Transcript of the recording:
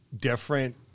different